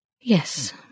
Yes